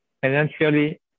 financially